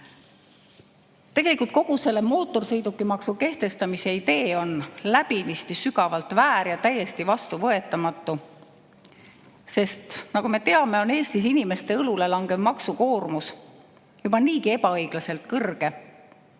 Tegelikult on mootorsõidukimaksu kehtestamise idee läbinisti, sügavalt väär ja täiesti vastuvõetamatu, sest nagu me teame, Eestis inimeste õlule langev maksukoormus on juba niigi ebaõiglaselt suur.